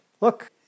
Look